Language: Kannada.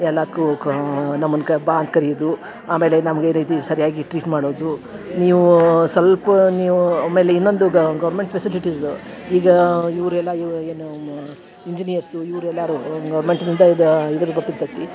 ಎಲ್ಲಾದಕ್ಕೂ ಕಾ ನಮ್ಮನ್ನ ಬಾ ಅಂತ ಕರಿಯದು ಆಮೇಲೆ ನಮಗೆ ಈ ರೀತಿ ಸರಿಯಾಗಿ ಟ್ರೀಟ್ ಮಾಡೋದು ನೀವೂ ಸ್ವಲ್ಪ ನೀವು ಆಮೇಲೆ ಇನ್ನೊಂದು ಗೌರ್ಮೆಂಟ್ ಫೆಸಿಲಿಟೀಸ್ ಈಗ ಇವ್ರೆಲ್ಲ ಇವ ಏನು ಮ ಇಂಜಿನಿಯರ್ಸು ಇವರೆಲ್ಲರೂ ಗೌರ್ಮೆಂಟ್ನಿಂದ ಇದ ಬರ್ತಿರ್ತೈತಿ